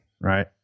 right